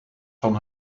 van